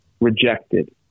rejected